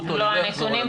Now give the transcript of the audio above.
יפעת,